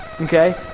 Okay